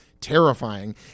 terrifying